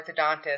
orthodontist